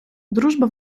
дружба